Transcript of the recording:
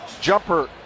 jumper